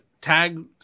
tag